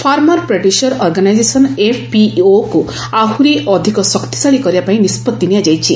farmer producer organisation ଏଫ୍ପିଓକୁ ଆହୁରି ଅଧିକ ଶକ୍ତିଶାଳୀ କରିବାପାଇଁ ନିଷ୍ପତ୍ତି ନିଆଯାଇଛି